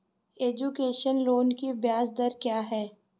Education loan की ब्याज दर क्या है?